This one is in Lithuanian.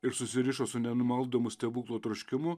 ir susirišo su nenumaldomu stebuklo troškimu